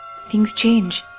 things change.